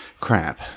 crap